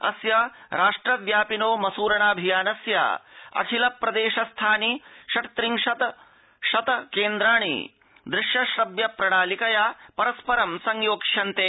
अस्य राष्ट्र व्यापिनो मसूरणाऽभियानस्य अखिल प्रदेश स्थानि षट् त्रिंशत् शत केन्द्राणि दूश्य श्रव्य प्रणालिकया परस्परं संयोक्ष्यन्ते